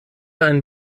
ein